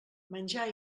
menjar